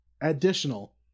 Additional